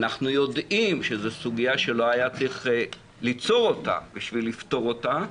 אנחנו יודעים שזו סוגיה שלא היה צריך ליצור אותה בשביל לפתור אותה,